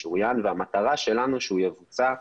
משוריין והמטרה שלנו שהוא יבוצע במלואו.